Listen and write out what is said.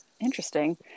Interesting